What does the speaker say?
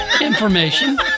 Information